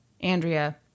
Andrea